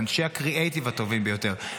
את אנשי הקריאטיב הטובים ביותר,